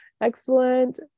Excellent